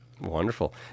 Wonderful